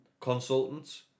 Consultants